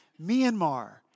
Myanmar